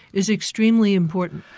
is extremely important.